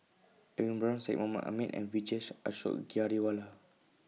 Edwin Brown Syed Mohamed Ahmed and Vijesh Ashok Ghariwala